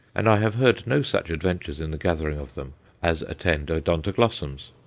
and i have heard no such adventures in the gathering of them as attend odontoglossums.